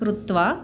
कृत्वा